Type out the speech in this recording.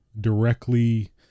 directly